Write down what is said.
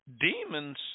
Demons